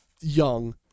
young